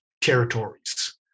territories